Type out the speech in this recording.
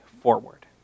forward